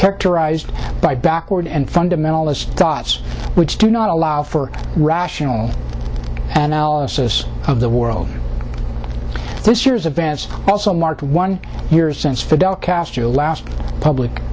characterized by backward and fundamentalist thoughts which do not allow for rational analysis of the world this year's advance also marks one year since fidel castro last public